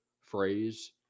phrase